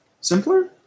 simpler